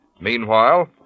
Meanwhile